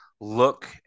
look